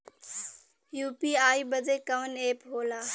UPI बदे कवन app होला?